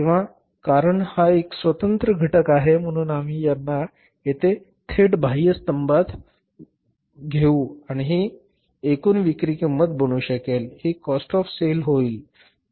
किंवा कारण हा एक स्वतंत्र घटक आहे म्हणून आम्ही त्यांना येथे थेट बाह्य स्तंभात घेऊ आणि ही एकूण विक्री किंमत बनू शकेल ही कॉस्ट ऑफ सेल होईल बरोबर